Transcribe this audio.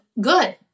good